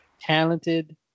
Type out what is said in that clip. Talented